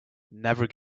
never